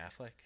affleck